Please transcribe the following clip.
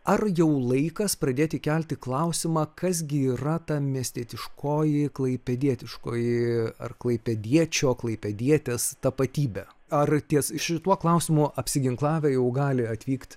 ar jau laikas pradėti kelti klausimą kas gi yra ta miestietiškoji klaipėdietiškoji ar klaipėdiečio klaipėdietės tapatybė ar ties šituo klausimu apsiginklavę jau gali atvykt